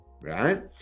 right